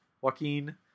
Joaquin